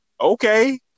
okay